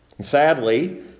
Sadly